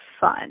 fun